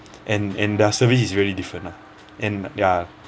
and and their service is really different lah and their